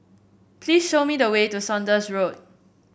please show me the way to Saunders Road